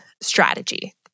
strategy